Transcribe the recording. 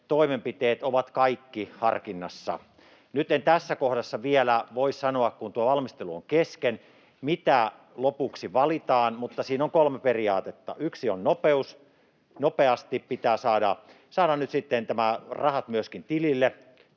toimenpiteet ovat kaikki harkinnassa. Nyt en tässä kohdassa vielä voi sanoa, kun tuo valmistelu on kesken, mitä lopuksi valitaan, mutta siinä on kolme periaatetta: yksi on nopeus — nopeasti pitää myöskin saada nyt sitten rahat tilille